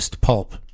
pulp